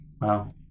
wow